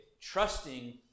trusting